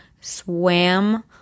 swam